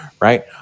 right